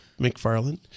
McFarland